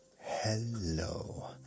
hello